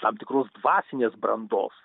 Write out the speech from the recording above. tam tikru dvasinės brandos